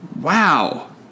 Wow